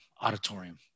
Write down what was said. Auditorium